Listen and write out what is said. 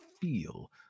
feel